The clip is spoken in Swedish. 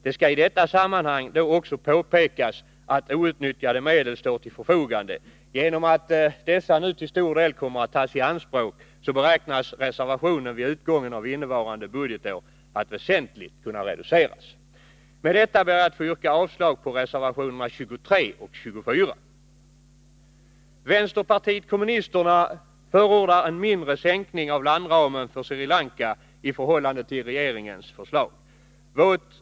Det skall i detta sammanhang då också påpekas att outnyttjade medel står till förfogande. Genom att dessa nu till stora delar kommer att tas i anspråk beräknas reservationen vid utgången av innevarande budgetår reduceras väsentligt. Med detta ber jag att få yrka avslag på reservationerna 23 och 24. Vänsterpartiet kommunisterna förordar en mindre sänkning av landramen för Sri Lanka i förhållande till regeringens förslag.